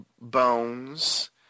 bones